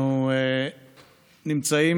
אנחנו נמצאים